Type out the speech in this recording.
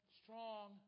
strong